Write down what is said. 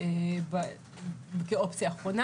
כאופציה אחרונה.